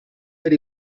per